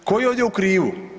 Tko je ovdje u krivu?